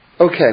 Okay